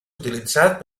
utilitzat